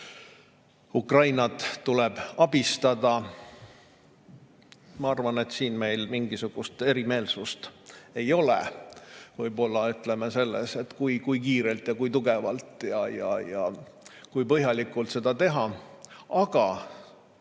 Ukrainat tuleb abistada. Ma arvan, et siin meil mingisugust erimeelsust ei ole. Võib-olla [üksnes] selles, kui kiirelt ja kui tugevalt ja kui põhjalikult seda teha. Aga